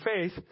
faith